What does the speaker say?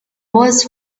was